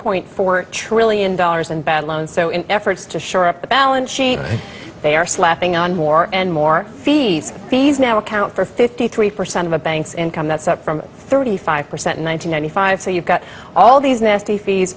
point four trillion dollars in bad loans so in efforts to shore up the balance sheet they are slapping on more and more fees fees now account for fifty three percent of a bank's income that's up from thirty five percent in one thousand nine hundred five so you've got all these nasty fees